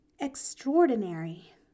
extraordinary